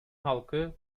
halkı